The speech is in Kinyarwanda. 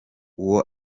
uwo